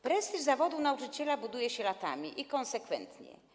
Prestiż zawodu nauczyciela buduje się latami i konsekwentnie.